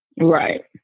Right